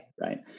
right